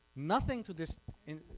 nothing to this